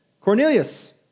Cornelius